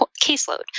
caseload